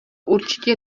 určitě